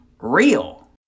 real